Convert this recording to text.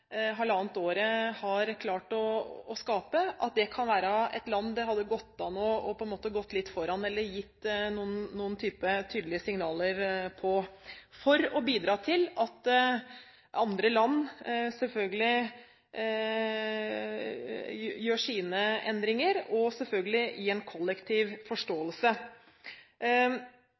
halvannet året – kunne gått foran eller gitt noen tydelige signaler for å bidra til at andre land gjør endringer, selvfølgelig i en kollektiv forståelse.